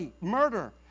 murder